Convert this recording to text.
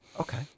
Okay